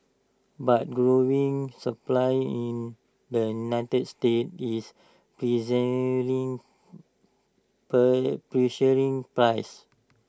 but growing supply in the united states is pressuring pressuring prices